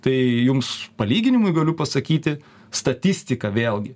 tai jums palyginimui galiu pasakyti statistiką vėlgi